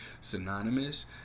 synonymous